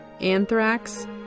anthrax